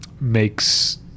makes